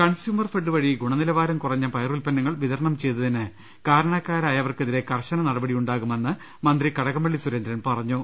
കൺസ്യൂമർഫെഡ് വഴി ഗുണനിലവാരം കുറഞ്ഞ പയറുത്പ ന്നങ്ങൾ വിതരണം ചെയ്തതിന് കാരണക്കാരായവർക്കെതിരെ കർശന നടപടിയുണ്ടാകുമെന്ന് മന്ത്രി കടകംപളളി സുരേന്ദ്രൻ പറ ഞ്ഞു